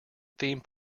theme